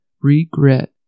regret